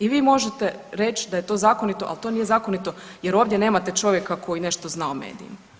I vi možete reći da je to zakonito, ali to nije zakonito jer ovdje nemate čovjeka koji nešto zna o medijima.